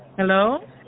Hello